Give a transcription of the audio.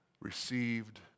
received